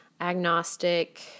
agnostic